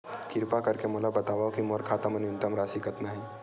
किरपा करके मोला बतावव कि मोर खाता मा न्यूनतम राशि कतना हे